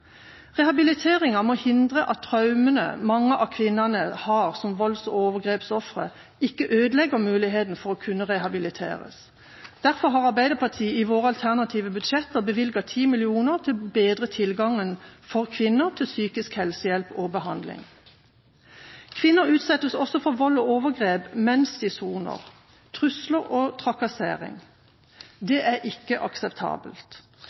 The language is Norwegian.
Rehabiliteringa må hindre at traumene mange av kvinnene har som volds- og overgrepsofre, ikke ødelegger muligheten for å kunne rehabiliteres. Derfor har Arbeiderpartiet i våre alternative budsjetter bevilget 10 mill. kr for å bedre tilgangen til psykisk helsehjelp og behandling for kvinner. Kvinner utsettes også for vold, overgrep, trusler og trakassering mens de soner. Det er ikke akseptabelt.